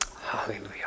Hallelujah